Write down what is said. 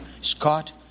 Scott